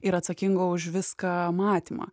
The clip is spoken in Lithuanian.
ir atsakingo už viską matymą